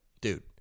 dude